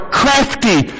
crafty